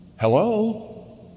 Hello